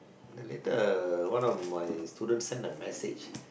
then later one of my student send a message